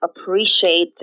appreciate